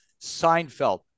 Seinfeld